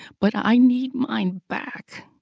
but i need mine back.